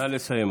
נא לסיים,